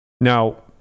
Now